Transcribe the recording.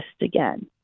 again